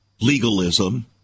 legalism